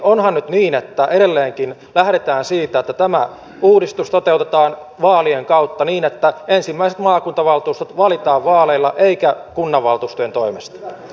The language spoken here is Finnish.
onhan nyt niin että edelleenkin lähdetään siitä että tämä uudistus toteutetaan vaalien kautta niin että ensimmäiset maakuntavaltuustot valitaan vaaleilla eikä kunnanvaltuustojen toimesta